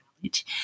college